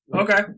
Okay